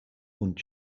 und